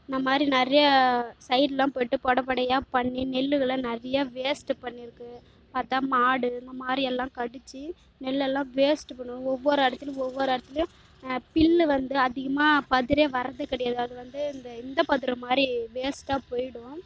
இந்த மாதிரி நிறையா சைடுலாம் போய்ட்டு பட படையா பண்ணி நெல்கள நறையா வேஸ்ட்டு பண்ணி இருக்குது பார்த்தா மாடு இந்தமாதிரி எல்லாம் கடித்து நெல்லெல்லாம் வேஸ்ட்டு பண்ணும் ஒவ்வொரு இடத்துலையும் ஒவ்வொரு இடத்துலையும் புல்லு வந்து அதிகமாக பதரே வர்றது கிடையாது அது வந்து இந்த இந்த பதரு மாதிரி வேஸ்ட்டாக போய்டும்